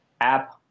app